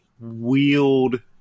wield